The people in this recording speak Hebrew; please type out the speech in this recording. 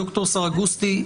ד"ר סרגוסטי,